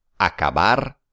Acabar